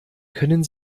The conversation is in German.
können